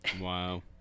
Wow